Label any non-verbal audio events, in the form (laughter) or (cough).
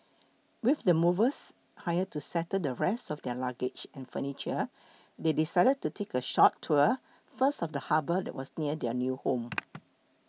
with the movers hired to settle the rest of their luggage and furniture they decided to take a short tour first of the harbour that was near their new home (noise)